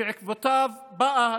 שבעקבותיו באה ההצעה,